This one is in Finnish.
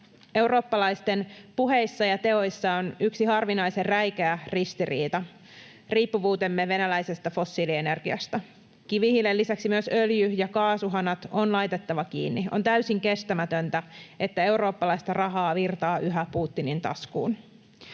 Eurooppalaisten puheissa ja teoissa on yksi harvinaisen räikeä ristiriita: riippuvuutemme venäläisestä fossiilienergiasta. Kivihiilen lisäksi myös öljy- ja kaasuhanat on laitettava kiinni. On täysin kestämätöntä, että eurooppalaista rahaa virtaa yhä Putinin taskuun.